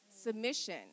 submission